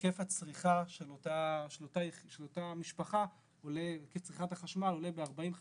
היקף צריכת החשמל של אותה משפחה עולה ב-50-40 אחוזים,